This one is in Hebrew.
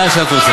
לאן שאת רוצה.